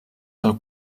del